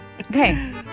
Okay